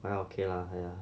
but okay lah !aiya!